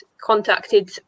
contacted